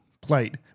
plate